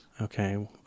okay